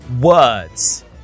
Words